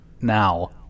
now